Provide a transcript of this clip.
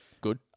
good